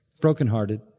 brokenhearted